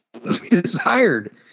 Desired